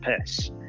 piss